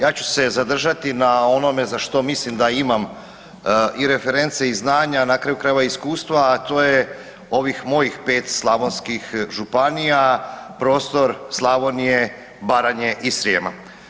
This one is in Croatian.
Ja ću se zadržati na onome za što mislim da imam i reference i znanja, a na kraju krajeva i iskustva, a to je ovih mojih 5 slavonskih županija, prostor Slavonije, Baranje i Srijema.